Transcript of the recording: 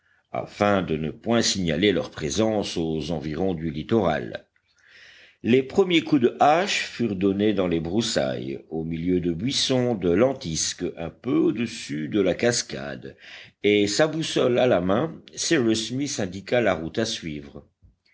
afin de ne point signaler leur présence aux environs du littoral les premiers coups de hache furent donnés dans les broussailles au milieu de buissons de lentisques un peu au-dessus de la cascade et sa boussole à la main cyrus smith indiqua la route à suivre